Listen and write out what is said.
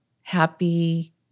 happy